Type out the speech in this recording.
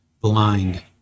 blind